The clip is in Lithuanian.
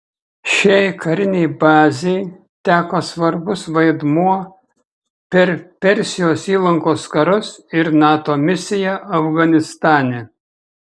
šiai karinei bazei teko svarbus vaidmuo per persijos įlankos karus ir nato misiją afganistane